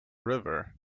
river